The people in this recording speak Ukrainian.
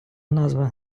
назва